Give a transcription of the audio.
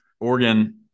Oregon